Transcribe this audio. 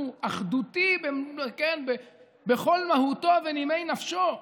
הוא אחדותי בכל מהותו ונימי נפשו.